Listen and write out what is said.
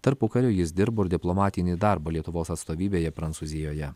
tarpukariu jis dirbo ir diplomatinį darbą lietuvos atstovybėje prancūzijoje